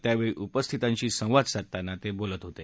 त्यावेळी उपस्थितांशी संवाद साधताना ते बोलतहोते